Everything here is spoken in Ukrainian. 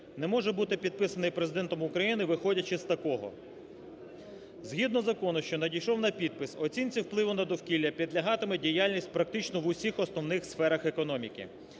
не може бути підписаний Президентом України виходячи з такого. Згідно закону, що надійшов на підпис, оцінці впливу на довкілля підлягатиме діяльність практично в усіх основних сферах економіки.